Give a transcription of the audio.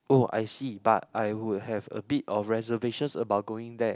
oh I see but I would have a bit of reservations about going there